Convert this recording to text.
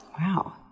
Wow